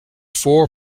four